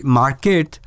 market